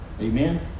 Amen